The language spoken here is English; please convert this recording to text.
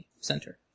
center